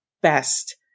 best